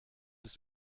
des